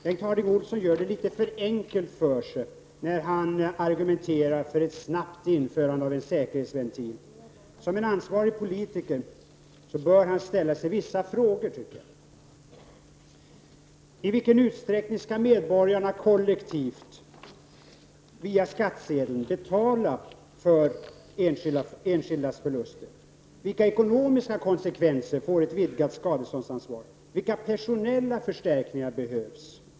Bengt Harding Olson gör det litet för enkelt för sig när han argumenterar för ett snabbt införande av en säkerhetsventil. Som en ansvarig politiker bör han ställa sig vissa frågor. I vilken utsträckning skall medborgarna kollektivt, via skattsedeln, betala för enskildas förluster? Vilka ekonomiska konsekvenser får ett vidgat skadeståndsansvar? Vilka personella förstärkningar behövs?